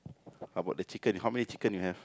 how bout the chicken how many chicken you have